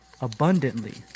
abundantly